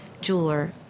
jeweler